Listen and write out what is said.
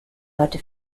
heute